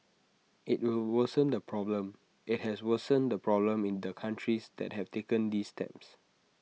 IT will worsen the problem IT has worsened the problem in the countries that have taken these steps